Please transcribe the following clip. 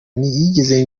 ntigeze